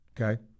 Okay